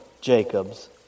Jacob's